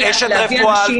את אשת רפואה.